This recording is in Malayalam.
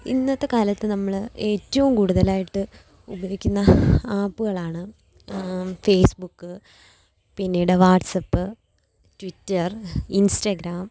ഇന്നത്തെ കാലത്ത് നമ്മള് ഏറ്റവും കൂടുതലായിട്ട് ഉപയോഗിക്കുന്ന ആപ്പുകൾ ആണ് ഫേസ്ബുക്ക് പിന്നീട് വാട്സാപ്പ് ട്വിറ്റർ ഇൻസ്റ്റാഗ്രാം